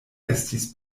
estis